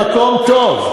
במקום 30. במקום טוב.